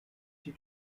die